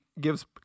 gives